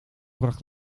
bracht